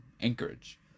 Anchorage